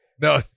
No